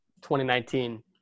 2019